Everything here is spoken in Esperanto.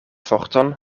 forton